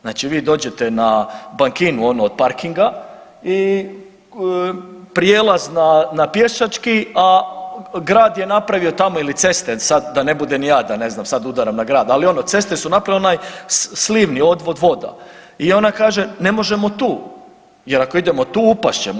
Znači vi dođete na bankinu onu od parkinga i prijelaz na pješači, a grad je napravio tamo ili ceste sad da ne budem i ja da ne znam sad udaram na grad, ali ceste su napravile onaj slivni odvod voda i ona kaže ne možemo tu jer ako idemo tu upast ćemo.